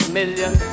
million